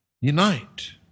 unite